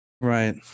Right